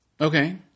okay